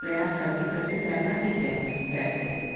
प्रयास करते करते तैरना सीख जाते हैं तैरते हैं